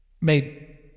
made